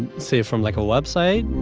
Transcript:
say, from, like, a website?